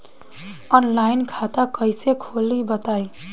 Online खाता कइसे खोली बताई?